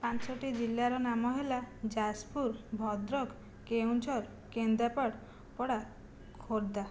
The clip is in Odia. ପାଞ୍ଚଟି ଜିଲ୍ଲାର ନାମ ହେଲା ଯାଜପୁର ଭଦ୍ରକ କେଉଁଝର କେନ୍ଦ୍ରାପଡ଼ପଡ଼ା ଖୋର୍ଦ୍ଦା